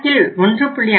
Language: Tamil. கணக்கில் 1